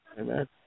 Amen